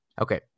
Okay